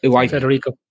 Federico